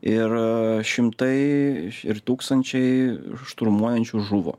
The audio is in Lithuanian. ir šimtai ir tūkstančiai šturmuojančių žuvo